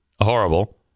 horrible